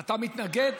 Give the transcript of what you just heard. אתה מתנגד?